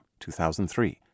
2003